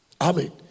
Amen